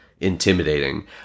intimidating